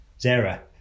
zara